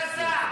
אלעזר,